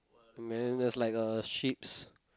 and then there's like a sheep's